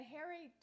Harry